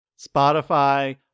Spotify